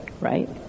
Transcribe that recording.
right